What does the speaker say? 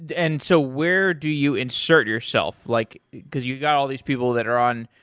and and so where do you insert yourself? like because you've got all these people that are on